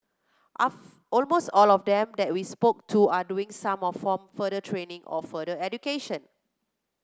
almost all of them that we spoke to are doing some of form further training or further education